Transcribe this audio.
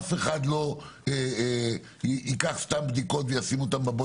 אף אחד לא ייקח בדיקות סתם וישמור לעצמו.